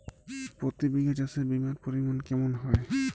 প্রতি বিঘা চাষে বিমার পরিমান কেমন হয়?